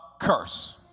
curse